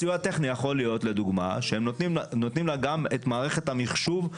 סיוע טכני יכול להיות אם נותנים לה גם את מערכת המחשוב.